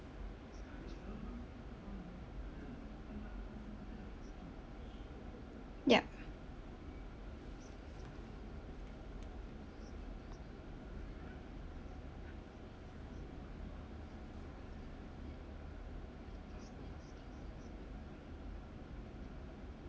yup